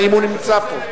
האם הוא נמצא פה?